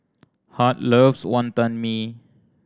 Hart loves Wantan Mee